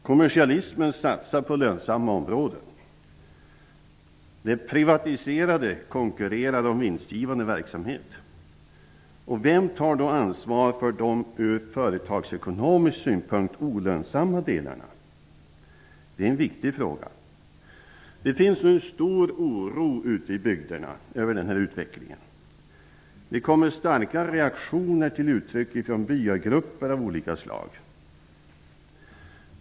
Kommersialismen satsar på lönsamma områden. Det handlar om privatiserande, konkurrerande och vinstgivande verksamhet. Vem tar då ansvar för de från företagsekonomisk synpunkt olönsamma delarna? Det är en viktig fråga. Det finns nu en stor oro ute i bygderna över denna utveckling. Starka reaktioner kommer till uttryck från byagrupper av olika slag.